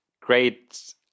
great